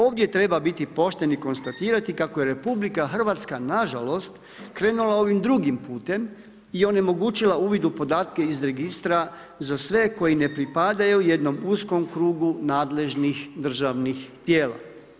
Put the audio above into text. Ovdje treba biti pošten i konstatirati kako je RH, nažalost, krenula ovim drugim putem i onemogućila uvid u podatke iz registra za sve koji ne pripadaju jednom uskom krugu nadležnih državnih tijela.